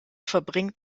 verbringt